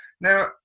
now